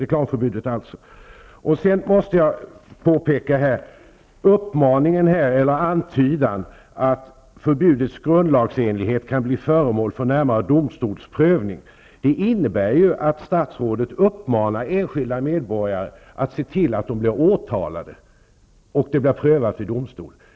Jag vill dessutom påpeka att antydningen om att förbudets grundlagsenlighet kan bli föremål för domstolsprövning innebär ju att statsrådet uppmanar enskilda medborgare att se till att de blir åtalade för att saken skall kunna prövas av domstol.